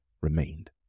remained